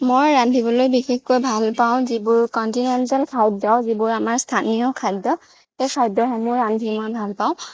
মই ৰন্ধিবলৈ বিশেষকৈ ভাল পাওঁ যিবোৰ কণ্টিনেণ্টেল খাদ্য যিবোৰ আমাৰ স্থানীয় খাদ্য সেই খাদ্যসমূহ ৰান্ধি মই ভাল পাওঁ